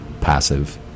passive